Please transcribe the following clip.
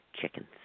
chickens